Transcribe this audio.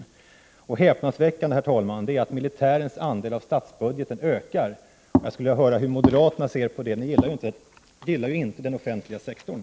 Det som är häpnadsväckande, fru talman, är att militärens andel av statsbudgeten ökar. Jag skulle vilja höra hur moderaterna ser på det. Ni gillar ju inte den offentliga sektorn.